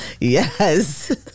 yes